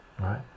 right